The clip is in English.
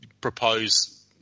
propose